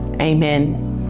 Amen